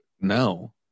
No